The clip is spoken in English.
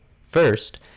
First